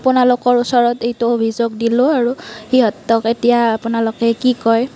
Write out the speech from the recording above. আপোনালোকৰ ওচৰত এইটো অভিযোগ দিলো আৰু সিহঁতক এতিয়া আপোনালোকে কি কয়